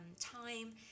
time